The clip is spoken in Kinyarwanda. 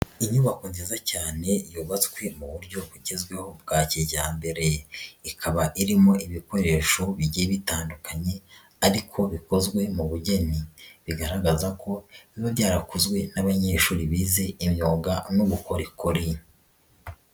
Inyubako nziza cyane yubatswe mu buryo bugezweho bwa kijyambere ikaba irimo ibikoresho bigiye bitandukanye ariko bikozwe mu bugeni, bigaragaza ko biba byarakozwe n'abanyeshuri bize imyuga n'ubukorikori.